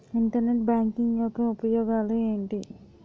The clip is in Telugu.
ఇంటర్నెట్ బ్యాంకింగ్ యెక్క ఉపయోగాలు ఎంటి?